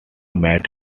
made